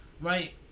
Right